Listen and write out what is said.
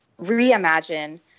reimagine